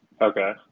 Okay